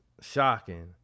Shocking